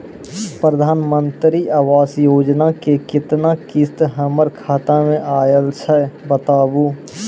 प्रधानमंत्री मंत्री आवास योजना के केतना किस्त हमर खाता मे आयल छै बताबू?